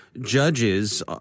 judges